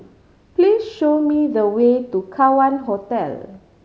please show me the way to Kawan Hostel